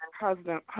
husband